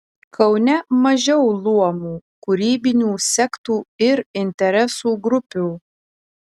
kaune mažiau luomų kūrybinių sektų ir interesų grupių